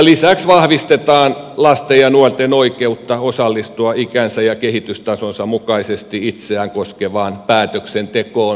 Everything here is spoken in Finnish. lisäksi vahvistetaan lasten ja nuorten oikeutta osallistua ikänsä ja kehitystasonsa mukaisesti itseään koskevaan päätöksentekoon